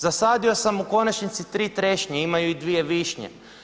Zasadio sam u konačnici tri trešnje, imaju i dvije višnje.